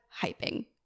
hyping